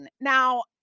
Now